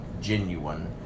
genuine